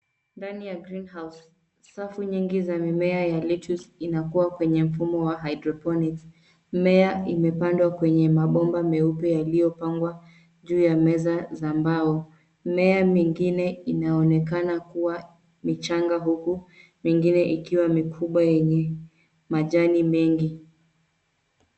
Ndani ya Green House safu nyingi za mimea ya lettuce inakua kwenye mfumo wa hydroponics. Mimea imepandwa kwenye mabomba meupe yaliyopangwa juu ya meza za mbao. Mimea mingine inaonekana kuwa michanga huku mingine ikiwa mikubwa yenye majani mengi.